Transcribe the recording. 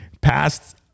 passed